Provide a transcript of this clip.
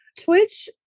Twitch